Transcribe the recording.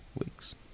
weeks